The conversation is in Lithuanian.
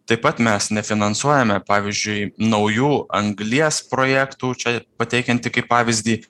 taip pat mes nefinansuojame pavyzdžiui naujų anglies projektų čia pateikiantį kaip pavyzdį